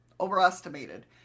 overestimated